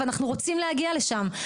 ואנחנו רוצים להגיע לשם,